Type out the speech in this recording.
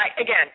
again